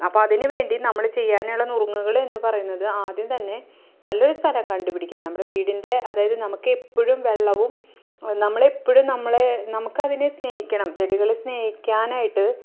അപ്പോള് അതിനുവേണ്ടി നമ്മള് ചെയ്യാനുള്ള നുറുങ്ങുകളെന്ന് പറയുന്നത് ആദ്യം തന്നെ നല്ലൊരു സ്ഥലം കണ്ടുപിടിക്കുക നമ്മുടെ വീടിൻ്റെ അതായത് നമുക്കെപ്പോഴും വെള്ളവും നമ്മള് എപ്പോഴും നമ്മളെ നമുക്ക് അതിനെ സ്നേഹിക്കണം ചെടികളെ സ്നേഹിക്കാനായിട്ട്